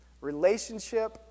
Relationship